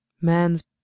man's